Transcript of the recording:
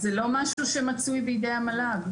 זה לא משהו שמצוי בידי המל"ג.